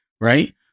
right